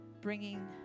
bringing